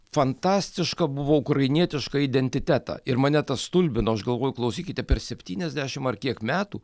fantastišką buvo ukrainietišką identitetą ir mane stulbino aš galvoju klausykite per septyniasdešimt ar kiek metų